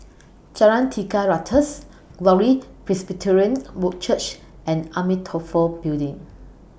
Jalan Tiga Ratus Glory Presbyterian Church and Amitabha Building